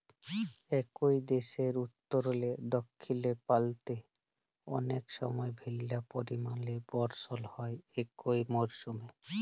একই দ্যাশের উত্তরলে দখ্খিল পাল্তে অলেক সময় ভিল্ল্য পরিমালে বরসল হ্যয় একই মরসুমে